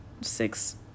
six